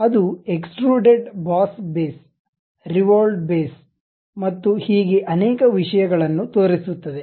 ಅದು extruded boss base revolved base ಮತ್ತು ಹೀಗೆ ಅನೇಕ ವಿಷಯಗಳನ್ನು ತೋರಿಸುತ್ತದೆ